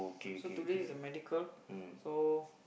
so today is the medical so